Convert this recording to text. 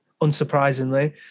unsurprisingly